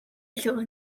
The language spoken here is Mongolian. илүү